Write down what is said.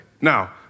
Now